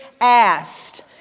asked